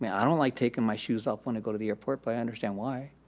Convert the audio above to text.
mean, i don't like taking my shoes off when i go to the airport, but i understand why.